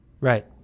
Right